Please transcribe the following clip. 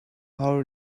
how